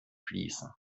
fließen